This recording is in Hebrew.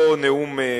לא נאום בר-אילן,